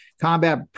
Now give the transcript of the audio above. combat